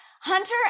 Hunter